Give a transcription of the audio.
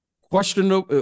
question